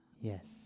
Yes